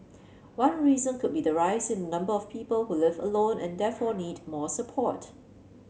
one reason could be the rise in the number of people who live alone and therefore need more support